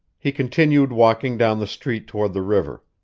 he continued walking down the street toward the river.